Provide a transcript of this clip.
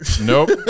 nope